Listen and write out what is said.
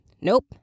Nope